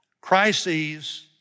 Crises